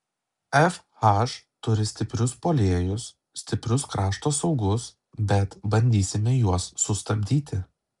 fh turi stiprius puolėjus stiprius krašto saugus bet bandysime juos sustabdyti